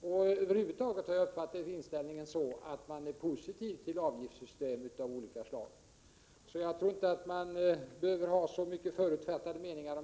ut. Som jag uppfattat inställningen är man över huvud taget positiv till avgiftssystem av olika slag. Man behöver nog inte ha så många förutfattade meningar.